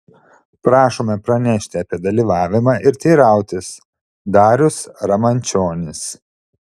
prašome pranešti apie dalyvavimą ir teirautis darius ramančionis